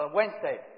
Wednesday